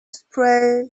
spray